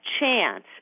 chance